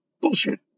bullshit